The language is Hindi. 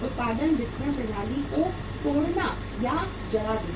उत्पादन वितरण प्रणाली को तोड़ना या जला देना